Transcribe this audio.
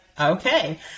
okay